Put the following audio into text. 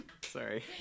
Sorry